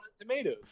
Tomatoes